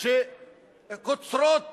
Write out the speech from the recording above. שקוצרות